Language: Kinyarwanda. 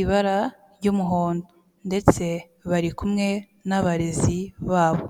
ibara ry'umuhondo ndetse bari kumwe n'abarezi babo.